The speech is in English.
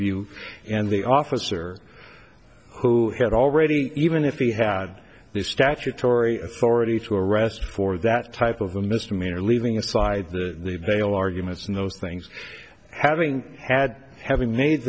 view and the officer who had already even if he had the statutory authority to arrest him for that type of a misdemeanor leaving aside the veil arguments in those things having had having made